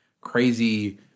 crazy